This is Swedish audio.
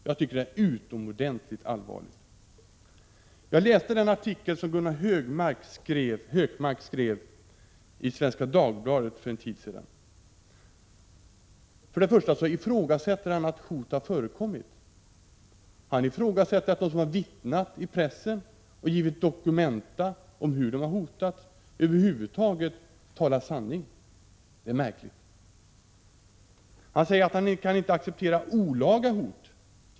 Jag tycker att det är utomordentligt allvarligt. Jag har läst den artikel som Gunnar Hökmark skrev i Svenska Dagbladet för en tid sedan. För det första ifrågasätter han där att hot har förekommit. Han ifrågasätter om de som har vittnat i pressen och dokumenterat hur de har blivit hotade över huvud taget talar sanning. Det är märkligt. Gunnar Hökmark säger också att han inte kan acceptera olaga hot.